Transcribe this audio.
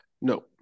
No